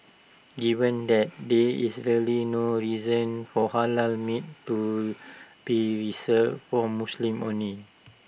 given that there is really no reason for Halal meat to be reserved for Muslims only